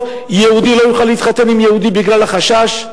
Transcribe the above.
יהודי לא יוכל להתחתן עם יהודי בגלל החשש?